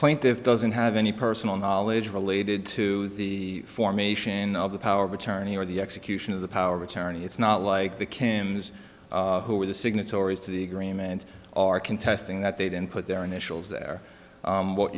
plaintiffs doesn't have any personal knowledge related to the formation of the power of attorney or the execution of the power of attorney it's not like the caymans who were the signatories to the agreement are contesting that they didn't put their initials there what